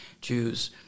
Jews